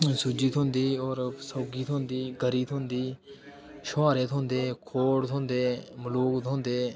सूजी थ्होंदी होर सौंगी थ्होंदी गरी थ्होंदी छुहारे थ्होंदे खोड़ थ्होंदे मलूक थ्होंदे